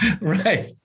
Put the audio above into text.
Right